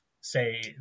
say